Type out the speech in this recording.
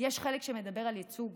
יש חלק שמדבר על ייצוג